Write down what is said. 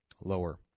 lower